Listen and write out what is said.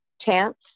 chance